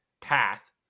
path